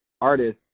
artist